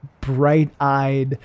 bright-eyed